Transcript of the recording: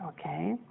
Okay